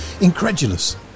Incredulous